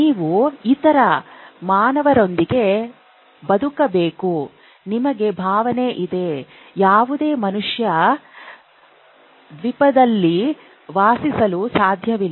ನೀವು ಇತರ ಮಾನವರೊಂದಿಗೆ ಬದುಕಬೇಕು ನಿಮಗೆ ಭಾವನೆ ಇದೆ ಯಾವುದೇ ಮನುಷ್ಯ ದ್ವೀಪದಲ್ಲಿ ವಾಸಿಸಲು ಸಾಧ್ಯವಿಲ್ಲ